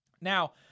Now